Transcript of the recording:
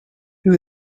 who